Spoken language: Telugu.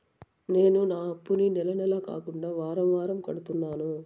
నేను నా అప్పుని నెల నెల కాకుండా వారం వారం కడుతున్నాను